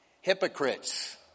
Hypocrites